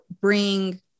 bring